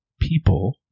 people